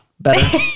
better